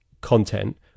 content